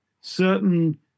certain